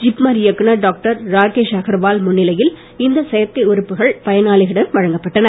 ஜிப்மர் இயக்குநர் டாக்டர் ராகேஷ் அகர்வால் முன்னிலையில் இந்த செயற்கை உறுப்புகள் பயனாளிகளிடம் வழங்கப்பட்டன